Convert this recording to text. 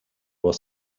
was